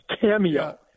cameo